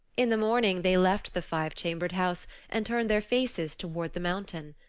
in the morning they left the five-chambered house and turned their faces toward the mountain.